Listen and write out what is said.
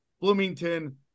Bloomington